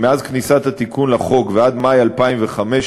מאז כניסת התיקון לחוק ועד מאי 2015,